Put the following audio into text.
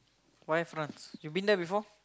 why France you been there before